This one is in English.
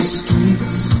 streets